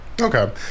okay